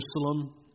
Jerusalem